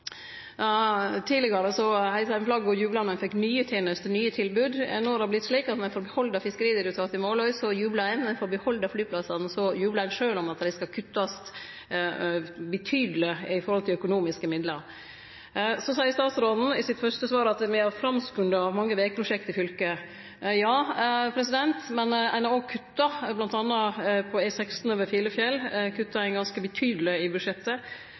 og jubla når ein fekk nye tenester og nye tilbod. No har det vorte slik at om me får behalde Fiskeridirektoratet i Måløy, jublar ein, og om ein får behalde flyplassane, jublar ein, sjølv om det skal kuttast betydeleg når det gjeld økonomiske midlar. Statsråden seier i sitt fyrste svar at ein har framskunda mange vegprosjekt i fylket. Ja, men ein har òg kutta. Blant anna på E16 over Filefjell har ein kutta ganske betydeleg i budsjettet.